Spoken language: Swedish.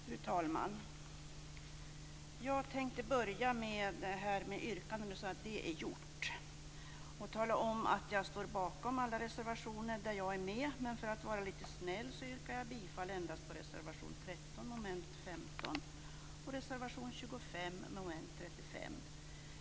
Fru talman! Jag tänkte börja med att tala om att jag står bakom alla reservationer där mitt namn finns med. Men för att vara lite snäll yrkar jag bifall endast till reservation 13 under mom. 15 och reservation 25 under mom. 35.